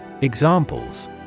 Examples